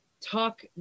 talk